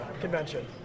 convention